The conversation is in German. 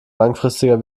langfristiger